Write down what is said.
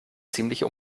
ziemliche